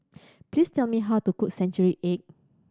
please tell me how to cook century egg